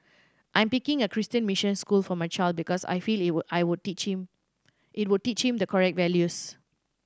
I'm picking a Christian mission school for my child because I feel it will I would teach him it will teach him the correct values